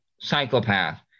psychopath